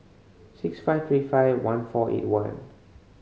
six five three five one four eight one